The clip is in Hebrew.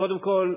קודם כול,